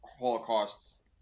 Holocaust